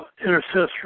intercessory